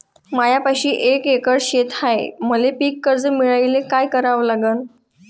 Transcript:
मायापाशी एक एकर शेत हाये, मले पीककर्ज मिळायले काय करावं लागन?